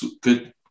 good